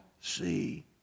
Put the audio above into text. see